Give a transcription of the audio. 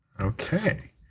Okay